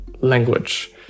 language